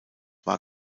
war